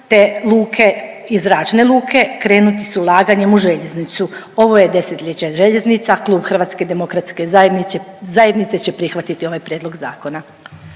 te luke i zračne luke, krenuti s ulaganjem u željeznicu. Ovo je desetljeće željeznica, Klub HDZ-a će prihvatiti ovaj prijedlog zakona.